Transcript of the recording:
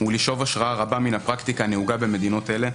ולשאוב השראה רבה מן הפרקטיקה הנהוגה במדינות אלה,